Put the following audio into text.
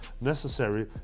necessary